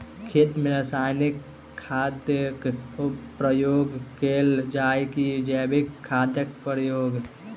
खेत मे रासायनिक खादक प्रयोग कैल जाय की जैविक खादक प्रयोग?